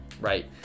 right